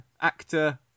Actor